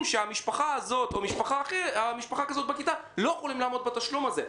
שהמשפחה הזאת של ילד בכיתה לא יכולה לעמוד בתשלום הזה.